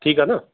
ठीकु आहे न